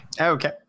okay